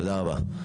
תודה רבה.